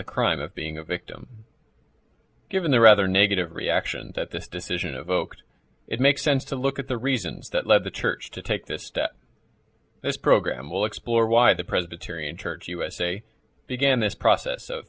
the crime of being a victim given the rather negative reaction that the decision of oaks it makes sense to look at the reasons that led the church to take this step this program will explore why the presbyterian church usa began this process